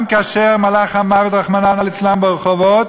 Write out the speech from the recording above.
גם כאשר מלאך המוות, רחמנא ליצלן, ברחובות,